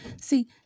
See